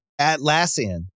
Atlassian